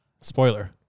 Spoiler